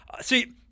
see